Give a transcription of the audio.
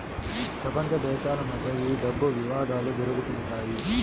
ప్రపంచ దేశాల మధ్య ఈ డబ్బు వివాదాలు జరుగుతుంటాయి